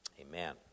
amen